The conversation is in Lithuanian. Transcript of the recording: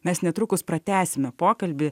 mes netrukus pratęsime pokalbį